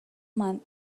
month